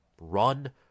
Run